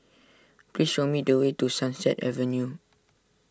please show me the way to Sunset Avenue